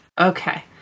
Okay